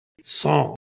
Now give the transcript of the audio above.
song